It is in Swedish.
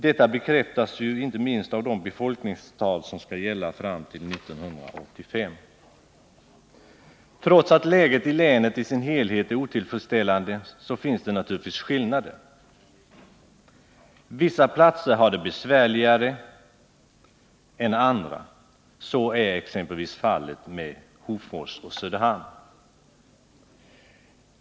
Detta bekräftas inte minst av de befolkningstal som skall gälla fram till 1985. Trots att läget i länet i dess helhet är otillfredsställande finns det naturligtvis skillnader. Vissa platser har det besvärligare än andra. Så är exempelvis fallet med Hofors och Söderhamn.